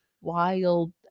Wild